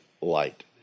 light